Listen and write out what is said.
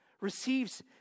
receives